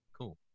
Cool